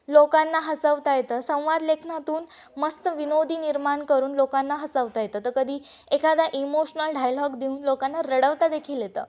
लोकांना हसवता येतं संवादलेखनातून मस्त विनोदी निर्माण करून लोकांना हसवता येतं तर कधी एखादा इमोशनल डायलॉग देऊन लोकांना रडवता देखील येतं